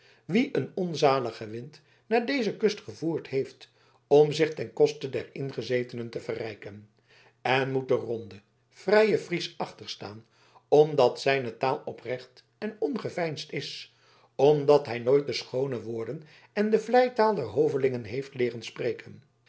wien een onzalige wind naar deze kust gevoerd heeft om zich ten koste der ingezetenen te verrijken en moet de ronde vrije fries achterstaan omdat zijne taal oprecht en ongeveinsd is omdat hij nooit de schoone woorden en de vleitaal der hovelingen heeft leeren spreken